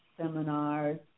seminars